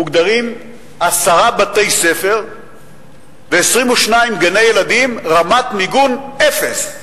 מוגדרים עשרה בתי-ספר ו-22 גני-ילדים כבעלי רמת מיגון אפס.